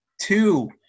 two